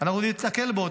אנחנו ניתקל בעוד כאלה,